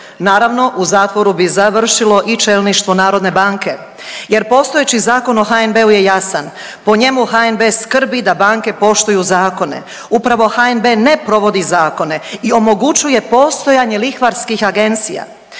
Naravno, u zatvoru bi završilo i čelništvo narodne banke jer postojeći Zakon o HNB-u je jesan, po njemu HNB skrbi da banke poštuju zakone. Upravo HNB ne provodi zakone i omogućuje postojanje lihvarskih agencija.